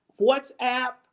WhatsApp